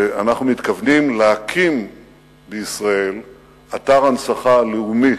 שאנחנו מתכוונים להקים בישראל אתר הנצחה לאומי